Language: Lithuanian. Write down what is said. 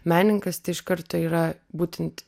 menininkas tai iš karto yra būtent